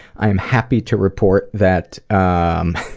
i'm happy to report that. um